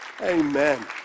amen